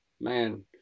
man